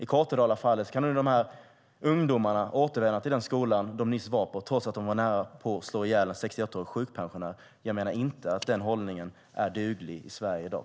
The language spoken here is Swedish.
I Kortedalafallet kan ungdomarna nu återvända till den skola de nyss gick i, trots att de nära på slog ihjäl en 61-årig sjukpensionär. Jag menar att den hållningen inte duger i Sverige i dag.